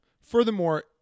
Furthermore